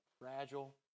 fragile